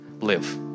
live